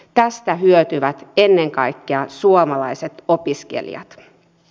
tästä hyötyvät ennen kaikkea suomalaiset opiskelijat